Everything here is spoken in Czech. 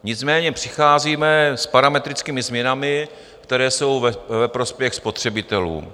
Nicméně přicházíme s parametrickými změnami, které jsou ve prospěch spotřebitelů.